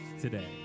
today